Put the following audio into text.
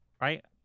Right